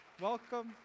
welcome